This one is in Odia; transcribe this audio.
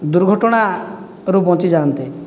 ଦୁର୍ଘଟଣାରୁ ବଞ୍ଚି ଯାଆନ୍ତେ